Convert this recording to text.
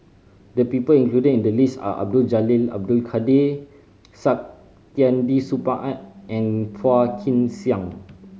the people included in the list are Abdul Jalil Abdul Kadir Saktiandi Supaat and and Phua Kin Siang